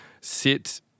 Sit –